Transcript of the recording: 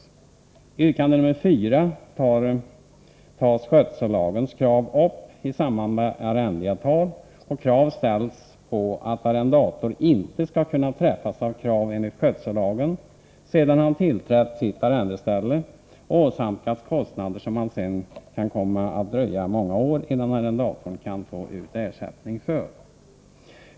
I yrkande nr 4 tas upp skötsellagens krav i samband med arrendeavtal, och krav ställs på att arrendator inte skall kunna träffas av krav enligt skötsellagen, sedan han tillträtt sitt arrendeställe, och åsamkas kostnader som det sedan kan komma att dröja många år innan han kan få ut ersättning för.